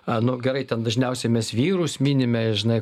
a nu gerai ten dažniausiai mes vyrus minime žinai